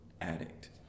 Addict